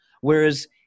Whereas